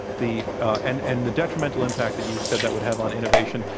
the and and the detrimental impact that you said that would have on innovation.